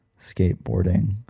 skateboarding